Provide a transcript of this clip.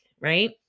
right